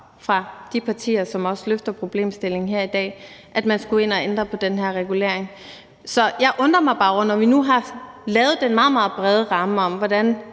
fra de partier, som også løfter problemstillingen her i dag, at man skulle ind og ændre på den her regulering. Så jeg undrer mig bare over, når vi nu har lavet den meget, meget brede ramme om, hvordan